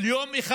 אבל יום אחד